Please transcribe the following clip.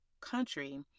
country